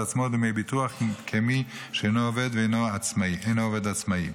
עצמו דמי ביטוח כמי שאינו עובד ואינו עובד עצמאי.